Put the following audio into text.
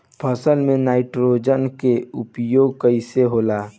फसल में नाइट्रोजन के उपयोग कइसे होला?